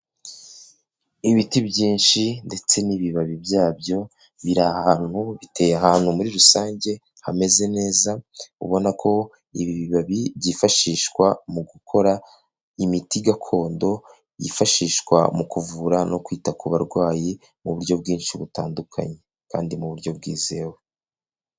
Ibiti byinshi ndetse n'ibibabi byabyo biri ahantu biteye ahantu muri rusange hameze neza, ubona ko ibi bibabi byifashishwa mu gukora imiti gakondo, yifashishwa mu kuvura no kwita ku barwayi mu buryo bwinshi butandukanye kandi mu buryo bwizewe.